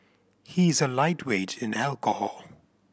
he is a lightweight in alcohol